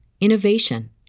innovation